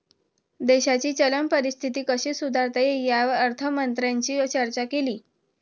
देशाची चलन परिस्थिती कशी सुधारता येईल, यावर अर्थमंत्र्यांनी चर्चा केली